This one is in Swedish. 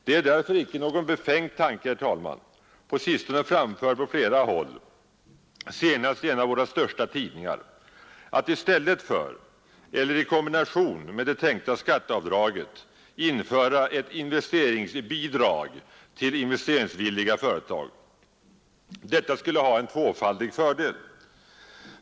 Det är därför icke någon befängd tanke — på sistone framförd på flera håll, senast i en av våra största tidningar — att i stället för eller i kombination med det tänkta skatteavdraget införa ett investeringsbidrag till investeringsvilliga företag. Detta skulle ha en tvåfaldig fördel.